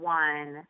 one